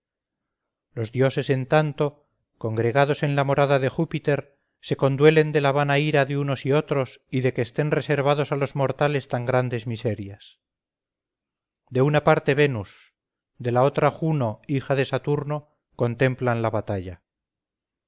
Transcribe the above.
los dioses en tanto congregados en la morada de júpiter se conduelen de la vana ira de unos y otros y de que estén reservadas a los mortales tan grandes miserias de una parte venus de la otra juno hija de saturno contemplan la batalla